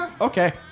Okay